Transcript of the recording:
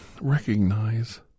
recognize